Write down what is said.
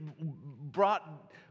brought